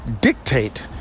dictate